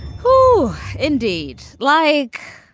who indeed? like,